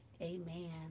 Amen